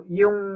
yung